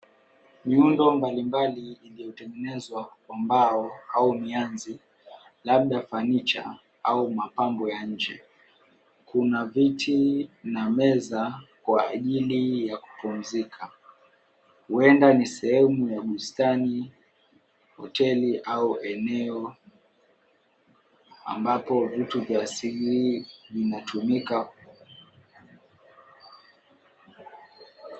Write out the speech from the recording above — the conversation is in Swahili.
Vyombo mbalimbali vilivyotengenezwa kwa mbao au mianzi labda fanicha au mapambo ya njee. Kuna viti na meza kwa ajili ya kupumzika. Huenda ni sehemu ya bustani, hoteli au eneo ambapo vitu vya asili vinatumika.